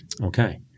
Okay